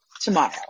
tomorrow